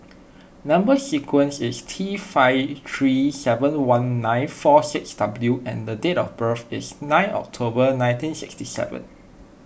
Number Sequence is T five three seven one four six W and date of birth is nine October nineteen sixty seven